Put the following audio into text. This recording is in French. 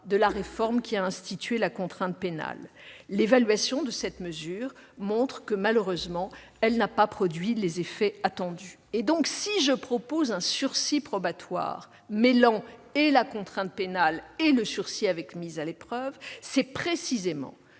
de la réforme ayant institué la contrainte pénale. L'évaluation de cette mesure montre qu'elle n'a malheureusement pas produit les effets attendus. Si je propose un sursis probatoire, mêlant la contrainte pénale et le sursis avec mise à l'épreuve, c'est précisément